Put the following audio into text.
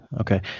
okay